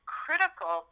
critical